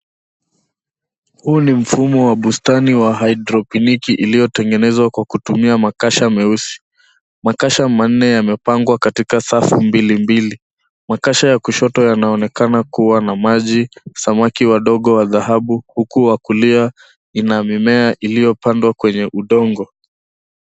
Huu ni mfumo wa bustani wa hidropiniki iliyotengenezwa kwa kutumia makasha meusi. Makasha manne yamepangwa katika safu mbilimbili, makasha ya kushoto yanaonekana kuwa na maji, samaki wadogo wa dhahabu huku wakulia na mimea iliyopandwa kwenye udongo.